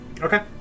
okay